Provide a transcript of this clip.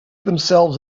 themselves